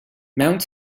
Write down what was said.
mount